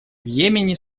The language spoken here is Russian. йемене